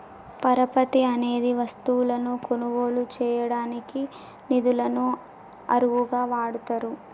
పరపతి అనేది వస్తువులను కొనుగోలు చేయడానికి నిధులను అరువుగా వాడతారు